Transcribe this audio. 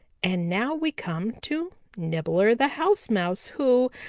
and now we come to nibbler the house mouse, who,